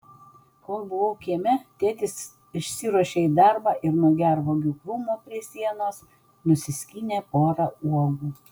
kol buvau kieme tėtis išsiruošė į darbą ir nuo gervuogių krūmo prie sienos nusiskynė porą uogų